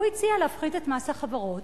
הוא הציע להפחית את מס החברות,